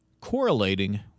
correlating